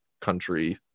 country